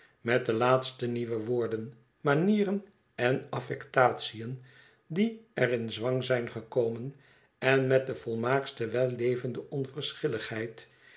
met de laatste nieuwe woorden manieren en affectatiën die er in zwang zijn gekomen en met de volmaaktste wellevende onverschilligheid